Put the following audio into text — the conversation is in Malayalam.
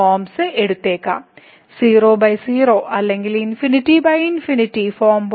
പിന്നെ ഈ ലിമിറ്റ് രണ്ടാമത്തെ ഡെറിവേറ്റീവുകളുടെ അനുപാതത്തിന്റെ ലിമിറ്റ്ക്ക് തുല്യമാണ് നമുക്ക് ലിമിറ്റ് ലഭിക്കുന്നതുവരെ തുടരാം